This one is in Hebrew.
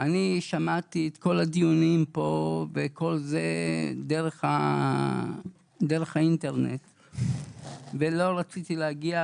אני שמעתי את כל הדיונים פה דרך האינטרנט ולא רציתי להגיע,